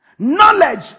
Knowledge